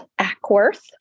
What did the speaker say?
Ackworth